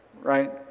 right